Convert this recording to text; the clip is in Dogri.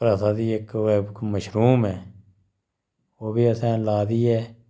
प्रथा दी इक ओह् ऐ इक मशरूम ऐ ओह् बी असैं ला दी ऐ